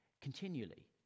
continually